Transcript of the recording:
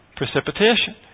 precipitation